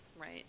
Right